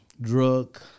drug